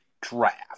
draft